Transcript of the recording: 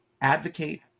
advocate